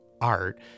art